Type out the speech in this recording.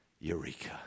Eureka